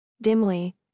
Dimly